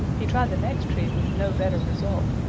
he tried the next tree with no better result.